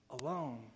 alone